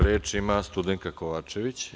Reč ima Studenka Kovačević.